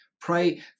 Pray